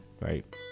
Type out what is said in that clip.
right